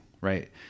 right